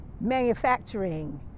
manufacturing